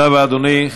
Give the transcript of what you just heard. תודה רבה, אדוני.